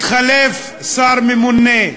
התחלף שר ממונה,